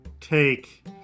take